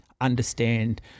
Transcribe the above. understand